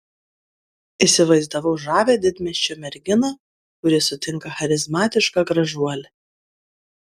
įsivaizdavau žavią didmiesčio merginą kuri sutinka charizmatišką gražuolį